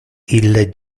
ille